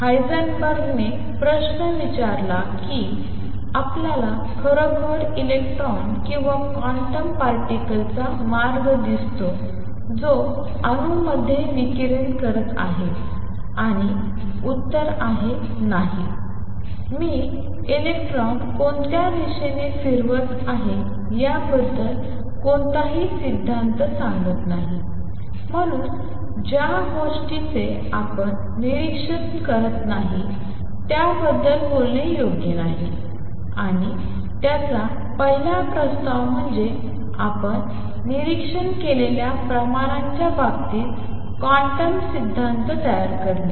हायझेनबर्गने प्रश्न विचारला की आपल्याला खरोखर इलेक्ट्रॉन किंवा क्वांटम पार्टिकलचा मार्ग दिसतो जो अणूमध्ये विकिरण करत आहे आणि उत्तर आहे नाही मी इलेक्ट्रॉनिक कोणत्या दिशेने फिरत आहे याबद्दल कोणताही सिद्धांत सांगत नाही म्हणून ज्या गोष्टीचे आपण निरीक्षण करत नाही त्याबद्दल बोलणे योग्य नाही आणि त्याचा पहिला प्रस्ताव म्हणजे आपण निरीक्षण केलेल्या प्रमाणांच्या बाबतीत क्वांटम सिद्धांत तयार करणे